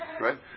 right